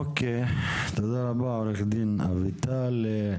תודה רבה עו"ד אביטל.